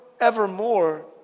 evermore